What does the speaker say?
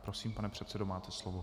Prosím, pane předsedo, máte slovo.